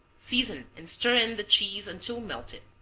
season and stir in the cheese until melted.